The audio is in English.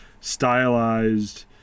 stylized